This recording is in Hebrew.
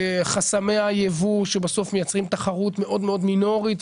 חסמי היבוא שבסוף מייצרים תחרות מאוד מאוד מינורית.